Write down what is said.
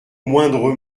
moindre